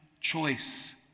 choice